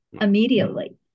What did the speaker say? immediately